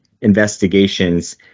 investigations